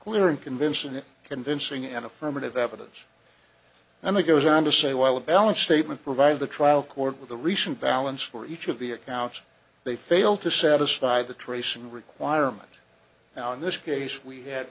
clear and convincing it convincing an affirmative evidence and that goes on to say while a valid statement provided the trial court with a recent balance for each of the accounts they fail to satisfy the tracing requirement now in this case we had